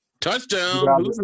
Touchdown